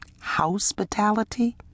hospitality